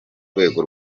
rwego